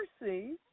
mercy